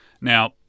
Now